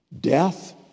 Death